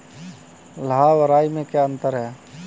लाह व राई में क्या अंतर है?